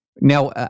Now